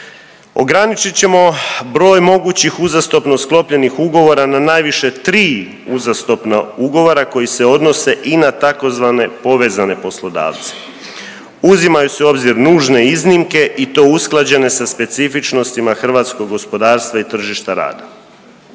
Ograničit ćemo broj mogućih uzastopno sklopljenih ugovora na najviše 3 uzastopna ugovora koji se odnose i na tzv. povezane poslodavce. Uzimaju se u obzir nužne iznimke i to usklađene sa specifičnostima hrvatskog gospodarstva i tržišta rada.